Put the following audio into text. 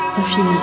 infini